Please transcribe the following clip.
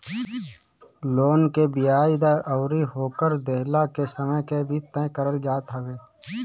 loan के बियाज दर अउरी ओकर देहला के समय के भी तय करल जात हवे